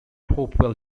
hopewell